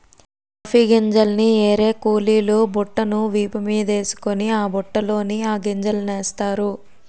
coffee గింజల్ని ఏరే కూలీలు బుట్టను వీపు మీదేసుకొని ఆ బుట్టలోన ఆ గింజలనేస్తారు